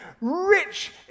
rich